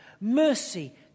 mercy